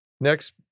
Next